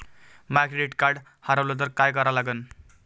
माय credit card हारवलं तर काय करा लागन?